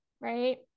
right